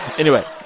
anyway,